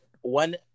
one